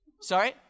sorry